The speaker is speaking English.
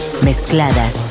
mezcladas